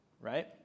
right